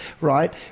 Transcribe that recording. right